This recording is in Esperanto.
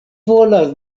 volas